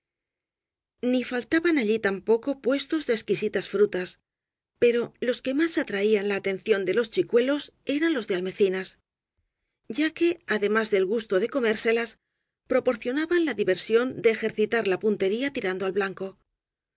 ni faltaban allí tampoco puestos de exquisitas frutas pero los que más atraían la atención de los chicuelos eran los de almecinas ya que además del gusto de comérselas proporcionaban la diver sión de ejercitar la puntería tirando al blanco